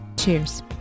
Cheers